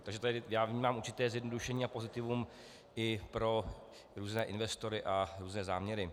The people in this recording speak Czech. Takže tady vnímám určité zjednodušení a pozitivum i pro různé investory a různé záměry.